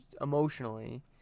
emotionally